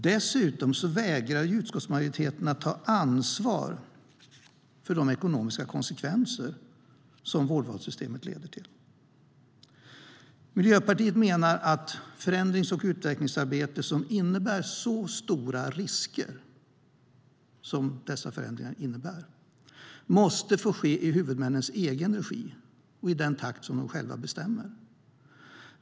Dessutom vägrar utskottsmajoriteten att ta ansvar för de ekonomiska konsekvenser som vårdvalssystemet leder till. Miljöpartiet menar att ett förändrings och utvecklingsarbete som innebär så stora risker som detta måste få ske i huvudmännens egen regi och i den takt som de själva bestämmer.